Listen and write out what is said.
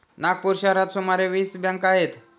नागपूर शहरात सुमारे वीस बँका आहेत